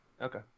okay